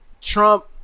Trump